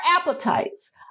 appetites